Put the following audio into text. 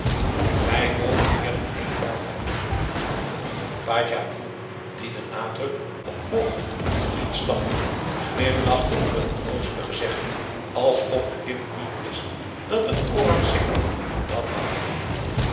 wij mogen meer dan één vrouw hebben pa djalil die den nadruk op mogen niet snapte glimlachte om het onnoozele gezegde alsof een kind niet wist dat een orang selam dat mag